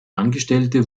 angestellte